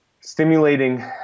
stimulating